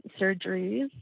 surgeries